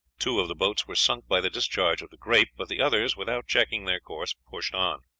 two of the boats were sunk by the discharge of the grape but the others, without checking their course, pushed on.